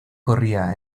corría